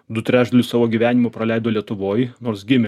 du trečdalius savo gyvenimo praleido lietuvoj nors gimė